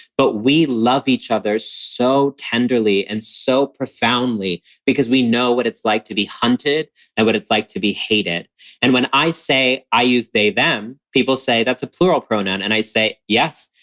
but we love each other so tenderly and so profoundly because we know what it's like to be hunted and what it's like to be hated and when i say i use they them, people say that's a plural pronoun. and i say, yes,